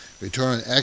return